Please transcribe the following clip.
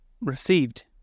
received